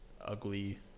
ugly